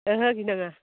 ओहो गिनाङा